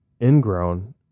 Ingrown